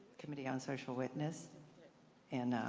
committee on social witness and